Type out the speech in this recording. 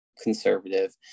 conservative